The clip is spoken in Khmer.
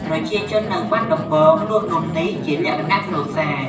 ប្រជាជននៅបាត់ដំបងលក់នំនេះជាលក្ខណៈគ្រួសារ។